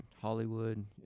Hollywood